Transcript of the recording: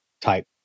type